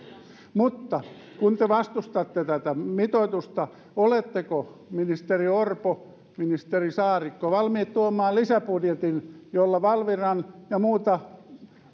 kun te vastustatte tätä mitoitusta oletteko ministeri orpo ministeri saarikko valmiit tuomaan lisäbudjetin jolla valviran ja muuta